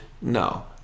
No